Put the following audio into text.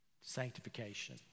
Sanctification